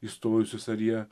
įstojusius ar jie